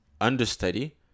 understudy